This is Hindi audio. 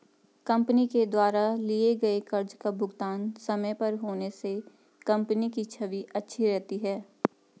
कंपनी के द्वारा लिए गए कर्ज का भुगतान समय पर होने से कंपनी की छवि अच्छी रहती है